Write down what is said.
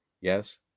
Yes